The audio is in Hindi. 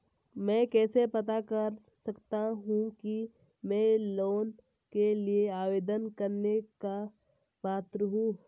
मैं कैसे पता कर सकता हूँ कि मैं लोन के लिए आवेदन करने का पात्र हूँ?